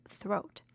throat